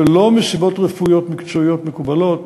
ולא מסיבות רפואיות מקצועיות מקובלות